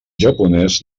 japonès